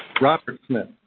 robert smith?